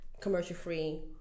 commercial-free